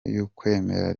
y’ukwemera